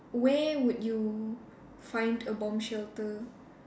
where would you find a bomb shelter